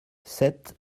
sept